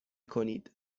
کنید